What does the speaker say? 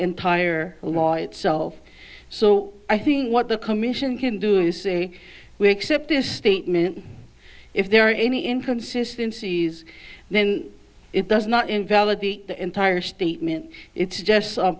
entire law itself so i think what the commission can do is say we accept this statement if there are any inconsistency is then it does not invalidate the entire statement it